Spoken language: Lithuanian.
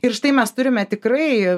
ir štai mes turime tikrai